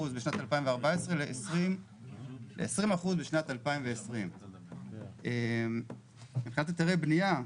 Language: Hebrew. בשנת 2014 ל-20% בשנת 2020. מבחינת היתרי בניה,